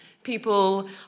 People